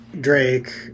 Drake